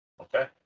okay